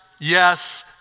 yes